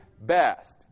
best